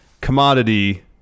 commodity